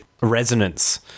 resonance